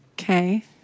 Okay